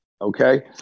Okay